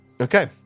Okay